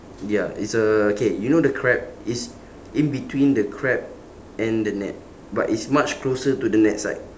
ya it's a okay you know the crab it's in between the crab and the net but it's much closer to the net side